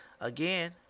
again